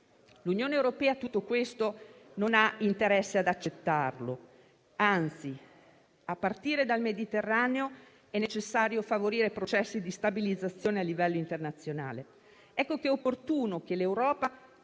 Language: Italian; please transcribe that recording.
L'Unione europea non ha interesse ad accettare tutto questo; anzi, a partire dal Mediterraneo, è necessario favorire processi di stabilizzazione a livello internazionale. Ecco che è opportuno che l'Europa